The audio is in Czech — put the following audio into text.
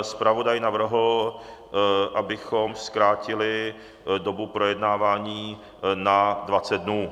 Zpravodaj navrhl, abychom zkrátili dobu projednávání na 20 dnů.